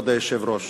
כבוד היושב-ראש,